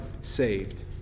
saved